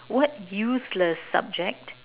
what useless subject